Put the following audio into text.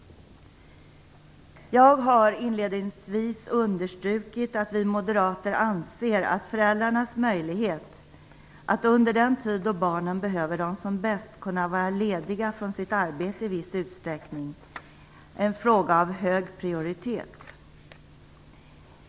Jag har inledningsvis understrukit att vi moderater anser att föräldrarnas möjlighet att under den tid då barnen behöver dem bäst kunna vara lediga från sitt arbete i viss utsträckning är en fråga av hög prioritet.